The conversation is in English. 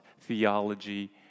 theology